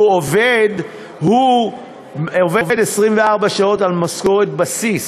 הוא עובד 24 שעות על משכורת בסיס.